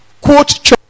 quote